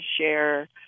share